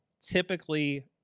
typically